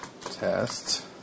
test